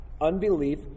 unbelief